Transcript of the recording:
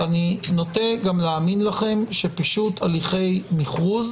אני נוטה גם להאמין לכם שפישוט הליכי מכרוז